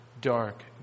dark